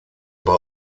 bei